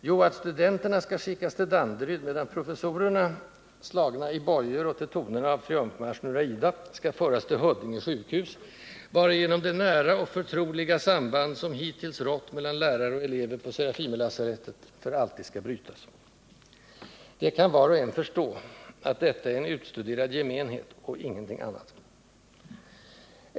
Jo, att studenterna skall skickas till Danderyd, medan professorerna, slagna i bojor och till tonerna av triumfmarschen ur Aida, skall föras till Huddinge sjukhus, varigenom det nära och förtroliga samband som hittills rått mellan lärare och elever på Serafimerlasarettet för alltid skall brytas. Det kan var och en förstå att detta är en utstuderad gemenhet, och ingenting annat.